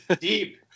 deep